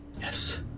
Yes